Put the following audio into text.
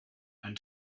and